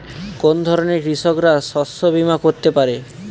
কোন ধরনের কৃষকরা শস্য বীমা করতে পারে?